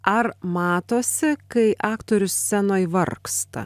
ar matosi kai aktorius scenoj vargsta